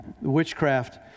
witchcraft